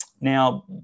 Now